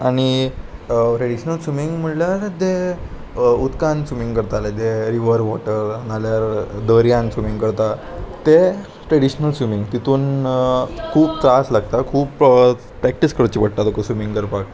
आनी traditional swimming म्हणल्यार तें उदकान स्विमींग करताले जे रिवर वॉटर नाल्यार दर्यान स्विमींग करता तें ट्रेडिशनल स्विमींग तितून खूब त्रास लागता खूब प्रॅक्टीस करची पडटा तुका स्विमींग करपाक